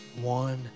one